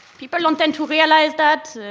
people don't tend to realize that.